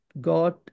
God